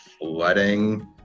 flooding